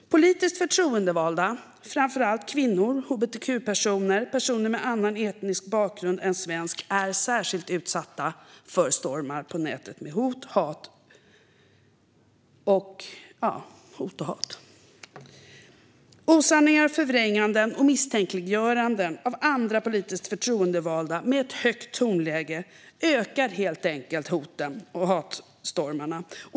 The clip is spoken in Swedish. Politiskt förtroendevalda, framför allt kvinnor, hbtq-personer och personer med annan etnisk bakgrund än svensk, är särskilt utsatta för stormar på nätet med hot och hat. Osanningar, förvrängningar och misstänkliggöranden av andra politiskt förtroendevalda i ett högt tonläge ökar helt enkelt hoten och hatstormarna.